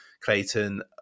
Clayton